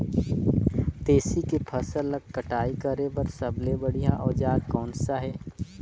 तेसी के फसल ला कटाई करे बार सबले बढ़िया औजार कोन सा हे?